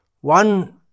one